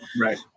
right